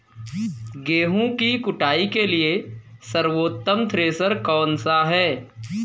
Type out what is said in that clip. गेहूँ की कुटाई के लिए सर्वोत्तम थ्रेसर कौनसा है?